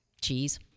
Cheese